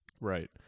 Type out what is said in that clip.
right